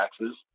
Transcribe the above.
taxes